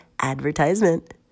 advertisement